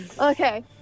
Okay